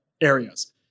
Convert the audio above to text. areas